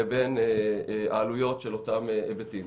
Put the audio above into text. לבין העלויות של אותם היבטים.